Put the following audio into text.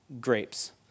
grapes